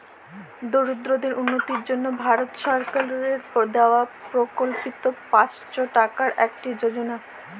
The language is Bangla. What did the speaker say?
দরিদ্রদের উন্নতির জন্য ভারত সরকারের দেওয়া প্রকল্পিত পাঁচশো টাকার একটি যোজনা